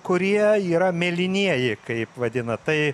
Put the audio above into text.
kurie yra mėlynieji kaip vadina tai